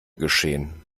geschehen